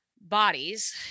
bodies